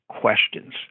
questions